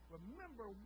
Remember